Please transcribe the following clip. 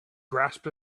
grasped